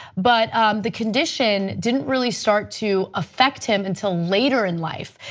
but the condition didn't really start to affect him until later in life.